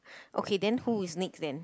okay then who is next then